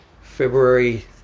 February